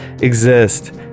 exist